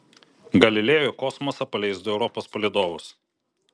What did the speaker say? galileo į kosmosą paleis du europos palydovus